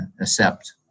accept